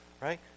right